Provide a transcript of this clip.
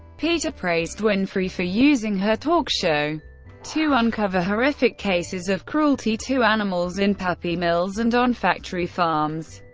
peta praised winfrey for using her talk show to uncover horrific cases of cruelty to animals in puppy mills and on factory farms,